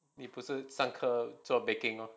你不是上课做 baking lor